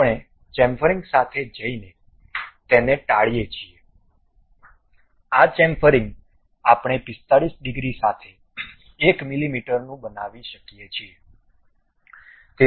આપણે ચેમ્ફરિંગ સાથે જઈને તેને ટાળીએ છીએ આ ચેમ્ફરિંગ આપણે 45 ડિગ્રી સાથે 1 મીમી નું બનાવી શકીએ છીએ